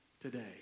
today